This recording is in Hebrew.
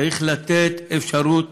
צריך לתת אפשרות